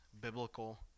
biblical